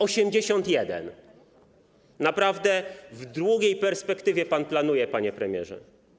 81. Naprawdę w długiej perspektywie pan planuje, panie premierze.